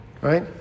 right